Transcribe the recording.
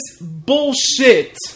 bullshit